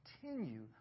continue